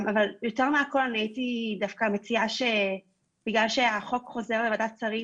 אבל יותר מהכל אני הייתי דווקא מציעה שבגלל שהחוק חוזר לוועדת שרים,